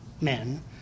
men